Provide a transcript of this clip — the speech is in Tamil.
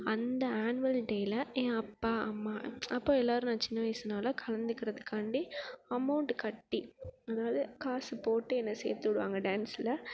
அந்த ஆன்வெல் டேயில் என் அப்பா அம்மா அப்போ எல்லோரும் நான் சின்ன வயசுனால் கலந்துக்கிறதுக்காண்டி அமௌண்ட் கட்டி அதாவது காசு போட்டு என்னை சேர்த்து விடுவாங்க டான்ஸில்